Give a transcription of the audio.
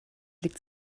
liegt